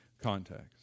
context